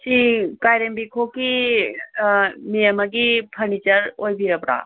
ꯁꯤ ꯀꯥꯏꯔꯦꯝꯕꯤꯈꯣꯛꯀꯤ ꯃꯦꯝꯃꯒꯤ ꯐꯔꯅꯤꯆꯔ ꯑꯣꯏꯕꯤꯔꯕ꯭ꯔꯣ